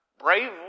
Brave